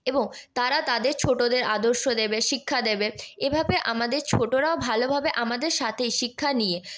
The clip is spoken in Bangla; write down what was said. এবং তারা তাদের ছোটোদের আদর্শ দেবে শিক্ষা দেবে এভাবে আমাদের ছোটোরাও ভালোভাবে আমাদের সাথেই শিক্ষা নিয়ে